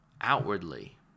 Outwardly